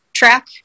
track